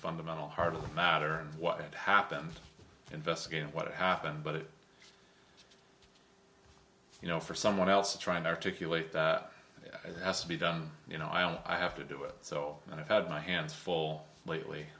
fundamental heart of matter what happened investigate what happened but you know for someone else to try and articulate it has to be done you know i don't i have to do it so i've had my hands full lately